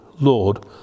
Lord